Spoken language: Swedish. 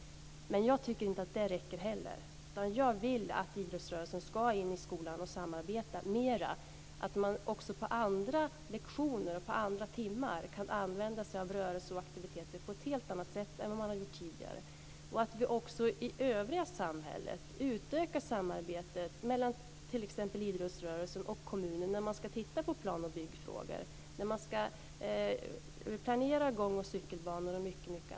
Men jag tycker inte att det räcker heller. Jag vill att idrottsrörelsen ska in i skolan och samarbeta mera. Man kan även på andra lektioner och andra timmar använda sig av rörelse och aktivitet på ett helt annat sätt än vad man har gjort tidigare. Också i det övriga samhället kan vi utöka samarbetet mellan t.ex. idrottsrörelsen och kommunen. Det kan gälla plan och byggfrågor, planering av gång och cykelbanor och mycket annat.